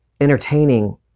entertaining